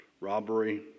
Robbery